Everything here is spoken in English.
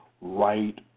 right